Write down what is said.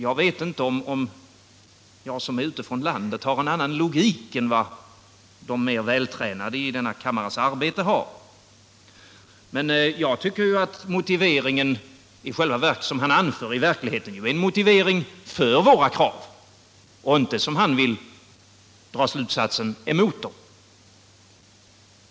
Jag vet inte om jag som är utifrån landet har en annan logik än de mer vältränade i denna kammares arbete har, men jag tycker att motiveringen som han anför i själva verket är en motivering för våra krav och inte — den slutsatsen vill ju herr Hovhammar dra — emot dem.